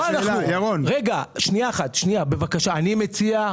אתה יודע בדיוק מה אני מציע.